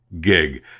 gig